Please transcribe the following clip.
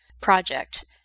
project